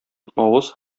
авыз